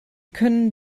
können